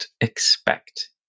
expect